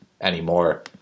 anymore